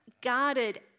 guarded